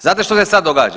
Znate što se sad događa?